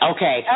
Okay